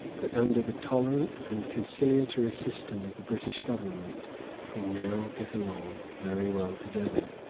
but under the tolerant and conciliatory system of the british government they now get along very well together.